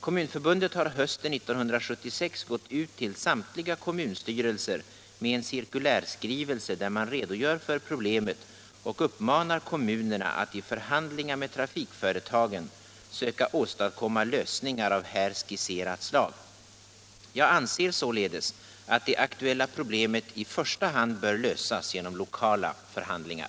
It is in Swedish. Kommunförbundet har hösten 1976 gått ut till samtliga kommunstyrelser med en cirkulärskrivelse där man redogör för problemet och uppmanar kommunerna att i förhandlingar med trafikföretagen söka åstadkomma lösningar av här skisserat slag. Jag anser således att det aktuella problemet i första hand bör lösas genom lokala förhandlingar.